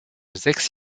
sechs